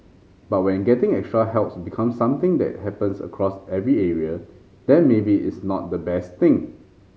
but when getting extra helps becomes something that happens across every area then maybe it's not the best thing